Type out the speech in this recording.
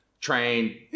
train